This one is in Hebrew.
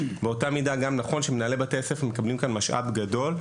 באותה מידה נכון שמנהלי בתי הספר מקבלים כאן משאב גדול,